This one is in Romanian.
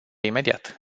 imediat